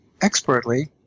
expertly